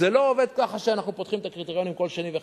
זה לא עובד ככה שאנחנו פותחים את הקריטריונים כל שני וחמישי.